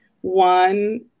One